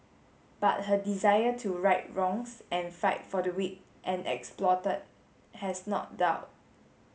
but her desire to right wrongs and fight for the weak and exploited has not dulled